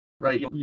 right